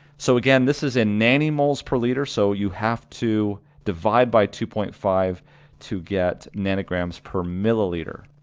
so again this is in nanomoles per liter, so you have to divide by two point five to get nanograms per milliliter,